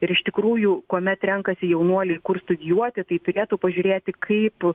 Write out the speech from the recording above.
ir iš tikrųjų kuomet renkasi jaunuoliai kur studijuoti tai turėtų pažiūrėti kaip